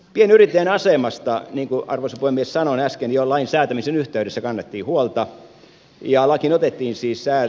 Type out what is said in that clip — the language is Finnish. pienyrittäjän asemasta niin kuin arvoisa puhemies sanoin äsken jo lain säätämisen yhteydessä kannettiin huolta